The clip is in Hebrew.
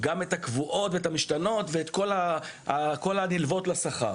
גם את הקבועות והמשתנות וכל הנלוות לשכר.